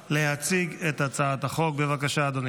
ולהארכת תוקפן של תקנות שעת חירום (חרבות ברזל)